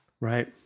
Right